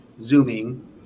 Zooming